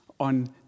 On